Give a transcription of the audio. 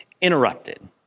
interrupted